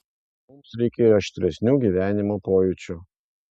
mums reikėjo aštresnių gyvenimo pojūčių